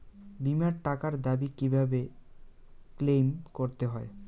বিমার টাকার দাবি কিভাবে ক্লেইম করতে হয়?